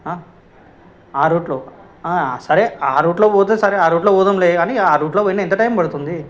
ఆ రూట్లో సరే ఆ రూట్లో పోతే సరే ఆ రూట్లో పోదాములే కానీ ఆ రూట్లో పోయినా ఎంత టైం పడుతుంది